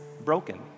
broken